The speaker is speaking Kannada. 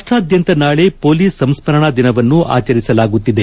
ರಾಷ್ನಾದ್ಯಂತ ನಾಳೆ ಪೊಲೀಸ್ ಸಂಸ್ಕರಣಾ ದಿನವನ್ನು ಆಚರಿಸಲಾಗುತ್ತಿದೆ